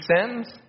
sins